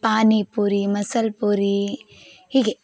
ಪಾನಿಪುರಿ ಮಸಾಲ್ ಪುರಿ ಹೀಗೆ